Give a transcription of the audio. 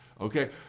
okay